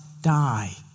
die